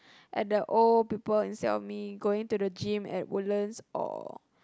at the old people instead of people going to the gym at Woodlands or